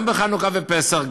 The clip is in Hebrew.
גם בחנוכה ופסח,